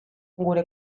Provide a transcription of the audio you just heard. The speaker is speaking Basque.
gure